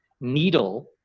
needle